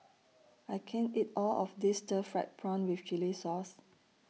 I can't eat All of This Stir Fried Prawn with Chili Sauce